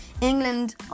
england